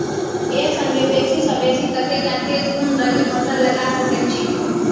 एक संगे बेसी सऽ बेसी कतेक आ केँ कुन रबी फसल लगा सकै छियैक?